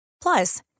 Plus